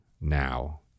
now